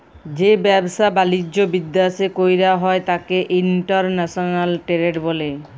যে ব্যাবসা বালিজ্য বিদ্যাশে কইরা হ্যয় ত্যাকে ইন্টরন্যাশনাল টেরেড ব্যলে